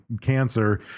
cancer